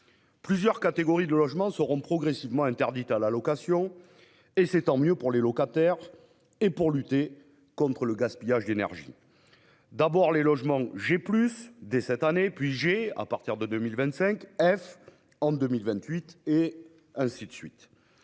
Plusieurs catégories de logements seront progressivement interdites à la location ; tant mieux pour les locataires et pour la lutte contre le gaspillage d'énergie ! Cela concerne d'abord les logements G+, dès cette année, puis G, à partir de 2025, F en 2028, et ainsi de suite.